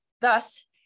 Thus